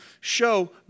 show